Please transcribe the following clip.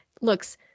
looks